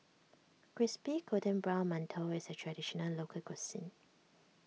Crispy Golden Brown Mantou is a Traditional Local Cuisine